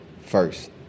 first